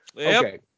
Okay